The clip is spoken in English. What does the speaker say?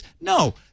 No